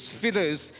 feathers